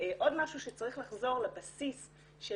עוד משהו שצריך זה לחזור לבסיס של